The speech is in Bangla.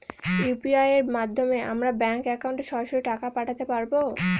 ইউ.পি.আই এর মাধ্যমে আমরা ব্যাঙ্ক একাউন্টে সরাসরি টাকা পাঠাতে পারবো?